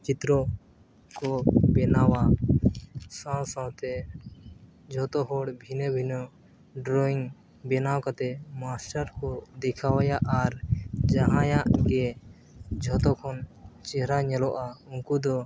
ᱪᱤᱛᱨᱚ ᱠᱚ ᱵᱮᱱᱟᱣᱟ ᱥᱟᱶ ᱥᱟᱶᱛᱮ ᱡᱚᱛᱚ ᱦᱚᱲ ᱵᱷᱤᱱᱟᱹ ᱵᱷᱤᱱᱟᱹ ᱰᱨᱚᱭᱤᱝ ᱵᱮᱱᱟᱣ ᱠᱟᱛᱮ ᱢᱟᱥᱴᱟᱨ ᱠᱚ ᱫᱮᱠᱷᱟᱣᱟᱭᱟ ᱟᱨ ᱡᱟᱦᱟᱸᱭᱟᱜ ᱜᱮ ᱡᱚᱛᱚ ᱠᱷᱚᱱ ᱪᱮᱦᱨᱟ ᱧᱮᱞᱚᱜᱼᱟ ᱩᱱᱠᱩ ᱫᱚ